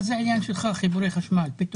מה זה העניין שלך חיבורי חשמל, יואב?